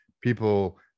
people